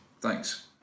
Thanks